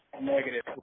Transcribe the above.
negative